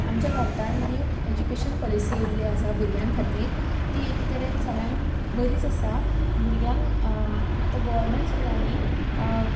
आमच्या भारतांत new education policy येयल्ली आसा भुरग्यां खातीर ती एके तरेन सगल्यांक बरीच आसा भुरग्यांक आतां गोवोरमेंट स्कुलांनी